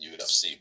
UFC